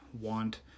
want